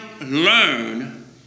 learn